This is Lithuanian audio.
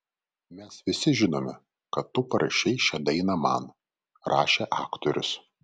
mes visi žinome kad tu parašei šią dainą man rašė aktorius